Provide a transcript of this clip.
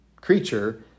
creature